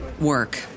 work